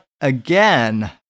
again